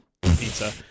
pizza